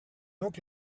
donc